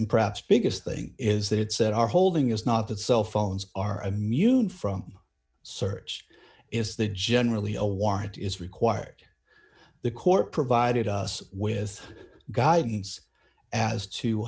and perhaps biggest thing is that it said our holding is not that cell phones are immune from search is that generally a warrant is required the corps provided us with guidance as to